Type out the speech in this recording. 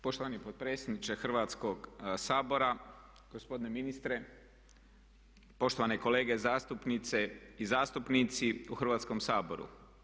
Poštovani potpredsjedniče Hrvatskog sabora, gospodine ministre, poštovane kolege zastupnice i zastupnici u Hrvatskom saboru.